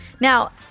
Now